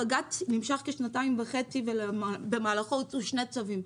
הבג"צ נמשך כשנתיים וחצי, במהלכו הוצאו שני צווים.